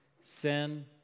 sin